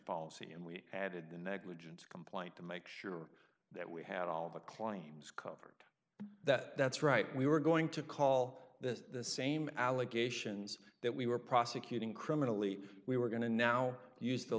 policy and we added the negligence complaint to make sure that we had all the claims covered that that's right we were going to call this the same allegations that we were prosecuting criminally we were going to now use the